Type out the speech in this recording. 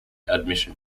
admission